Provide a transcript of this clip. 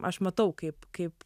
aš matau kaip kaip